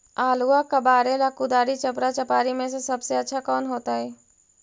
आलुआ कबारेला कुदारी, चपरा, चपारी में से सबसे अच्छा कौन होतई?